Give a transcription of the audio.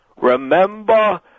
Remember